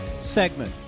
segment